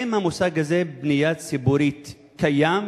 האם המושג הזה "בנייה ציבורית" קיים